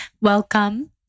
welcome